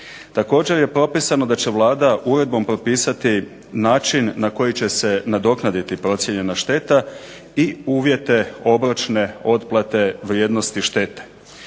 Također je propisano da će Vlada uredbom propisati način na koji će se nadoknaditi procijenjena šteta i uvjete obročne otplate vrijednosti štete.